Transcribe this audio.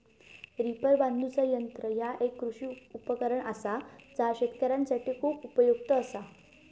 reaper बांधुचा यंत्र ह्या एक कृषी उपकरण असा जा शेतकऱ्यांसाठी खूप उपयुक्त असा